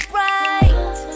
right